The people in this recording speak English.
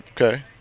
Okay